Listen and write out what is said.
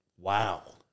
Wow